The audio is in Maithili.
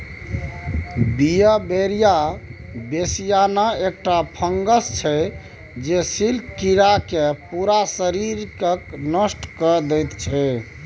बीउबेरिया बेसियाना एकटा फंगस छै जे सिल्क कीरा केर पुरा शरीरकेँ नष्ट कए दैत छै